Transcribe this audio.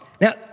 Now